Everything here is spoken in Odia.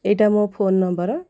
ଏଇଟା ମୋ ଫୋନ୍ ନମ୍ବର